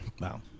Wow